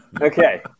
Okay